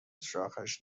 شاخش